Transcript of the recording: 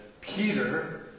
Peter